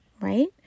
right